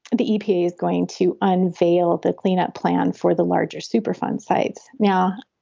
the epa is going to unveil the cleanup plan for the larger superfund sites. now,